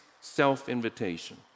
self-invitation